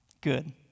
good